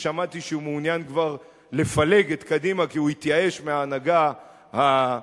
ושמעתי שהוא מעוניין כבר לפלג את קדימה כי הוא התייאש מההנהגה הנוכחית,